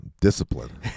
Discipline